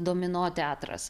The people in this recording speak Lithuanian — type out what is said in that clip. domino teatras